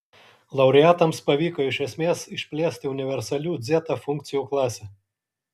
laureatams pavyko iš esmės išplėsti universalių dzeta funkcijų klasę